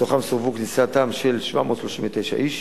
מתוכם סורבה כניסתם של 739 איש.